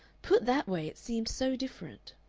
put that way it seemed so different.